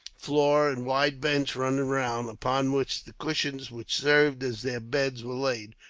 floor, and wide bench running round, upon which the cushions which served as their beds were laid,